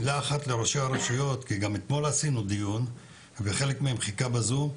מילה אחת לראשי הרשויות כי גם אתמול עשינו דיון וחלק מהם חיכו בזום,